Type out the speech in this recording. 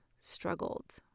struggled